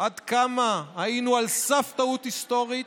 עד כמה היינו על סף טעות היסטורית,